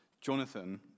Jonathan